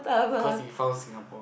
cause he found Singapore